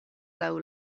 laŭ